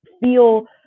feel